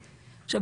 עכשיו,